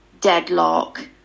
deadlock